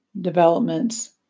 developments